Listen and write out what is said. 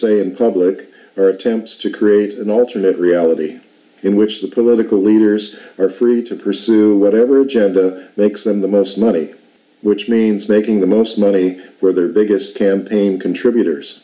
say in public are attempts to create an alternate reality in which the political leaders are free to pursue whatever agenda makes them the most money which means making the most money where their biggest campaign contributors